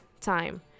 time